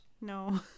No